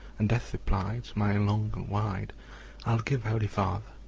and death replied, smiling long and wide i'll give, holy father,